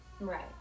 Right